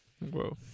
Whoa